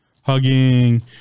hugging